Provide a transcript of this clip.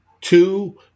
Two